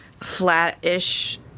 flat-ish